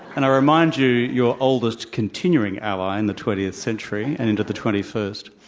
and i remind you your oldest continuing ally in the twentieth century and into the twenty first,